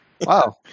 Wow